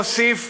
הוא הוסיף,